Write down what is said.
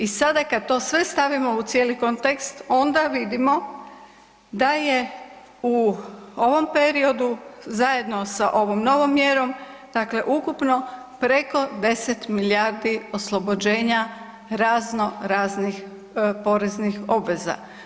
I sada kada to sve stavimo u cijeli kontekst onda vidimo da je u ovom periodu zajedno sa ovom novom mjerom dakle ukupno preko 10 milijardi oslobođenja razno-raznih poreznih obveza.